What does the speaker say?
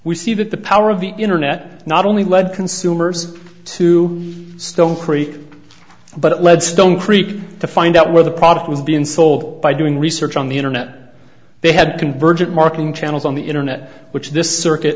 we see that the power of the internet not only led consumers to stone creek but lead stone creek to find out where the product was being sold by doing research on the internet they had convergent marking channels on the internet which this circuit